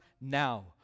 now